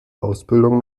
ausbildung